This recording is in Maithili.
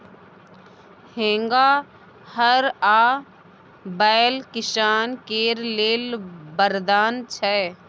हेंगा, हर आ बैल किसान केर लेल बरदान छै